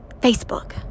Facebook